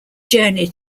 journey